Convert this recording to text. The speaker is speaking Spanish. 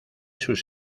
sus